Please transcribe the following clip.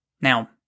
Now